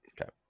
okay